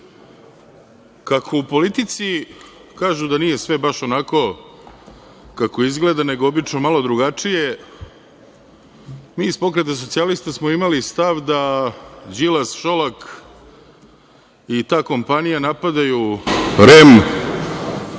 u politici kažu da nije baš sve onako kako izgleda, nego obično malo drugačije, mi iz Pokreta socijalista smo imali stav da Đilas, Šolak i ta kompanija napadaju REM